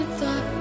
thought